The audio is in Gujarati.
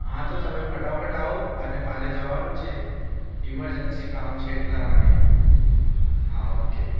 હા તો તમે ફટાફટ આવો અને મારે જવાનું છે ઇમરજન્સી કામ છે એટલા માટે હા ઓકે